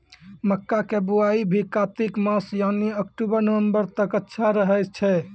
मक्का के बुआई भी कातिक मास यानी अक्टूबर नवंबर तक अच्छा रहय छै